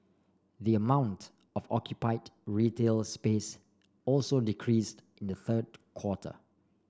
the amount of occupied retail space also decreased in the third quarter